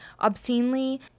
obscenely